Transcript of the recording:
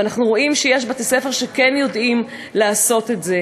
ואנחנו רואים שיש בתי-ספר שכן יודעים לעשות את זה,